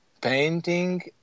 Painting